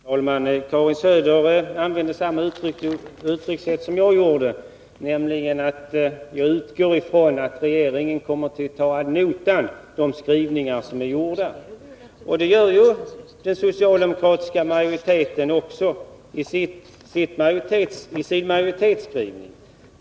Herr talman! Karin Söder använder samma uttryckssätt som jag, nämligen att ”jag utgår ifrån att regeringen kommer att ta ad notam de skrivningar som är gjorda”. Det säger den socialdemokratiska majoriteten i sin majoritetsskrivning.